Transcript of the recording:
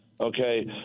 Okay